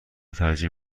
ترجیح